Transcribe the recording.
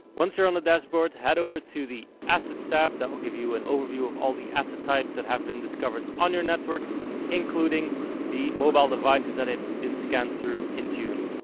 once you're on the dashboard head over to the assets tab that will give you an overview of all the asset types that have been discovered on your network including the mobile devices that have been scanned through intune.